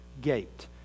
gate